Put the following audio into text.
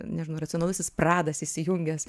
nežinau racionalusis pradas įsijungęs